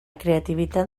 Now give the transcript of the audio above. creativitat